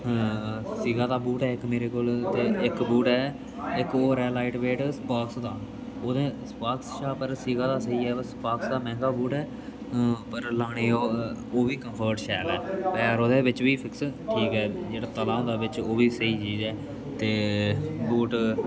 सीता दा बूट ऐ इक मेरे कोल ते इक बूट ऐ इक होर ऐ लाइट वेट स्पाक्स दा ओह्दे सपाक्स शा पर सिगा दा स्हेई ऐ पर सपाक्स दा मैंह्गा बूट ऐ पर लाने ओह् बी कम्फोर्ट शैल ऐ पैर ओह्दे बिच्च बी फिक्स ठीक ऐ जेह्ड़ा तला होंदा बिच्च ओह् बी स्हेई चीज ऐ ते बूट